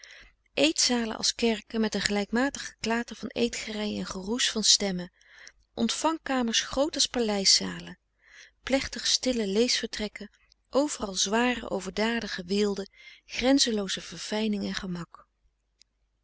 eetzalen als kerken met een gelijkmatig geklater van eet gerei en geroes van stemmen ontvangkamers groot als paleis zalen plechtig stille leesvertrekken overal zware overdadige weelde grenzelooze verfijning en gemak